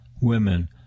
women